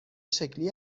شکلی